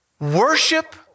Worship